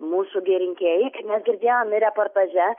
mūsų gi rinkėjai kaip mes girdėjom ir reportaže